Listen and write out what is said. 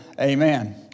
amen